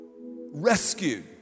rescued